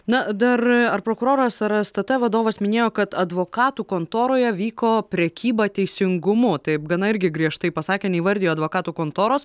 na dar ar prokuroras ar stt vadovas minėjo kad advokatų kontoroje vyko prekyba teisingumu taip gana irgi griežtai pasakė neįvardijo advokatų kontoros